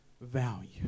value